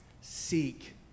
seek